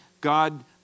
God